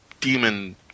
demon